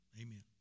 Amen